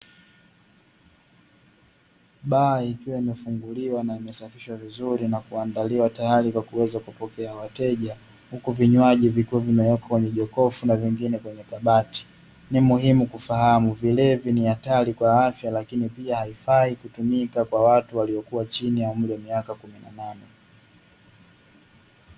Baa ikiwa imefunguliwa na imesafishwa vizuri, na kuandaliwa tayari kwa kuweza kupokea wateja, huku vinywaji vikiwa vimewekwa kwenye jokofu na vingine kwenye kabati, ni muhimu kufahamu: vilevi ni hatari kwa afya, lakini pia haifai kutumika kwa watu waliokua chini ya umri wa miaka kumi na nane.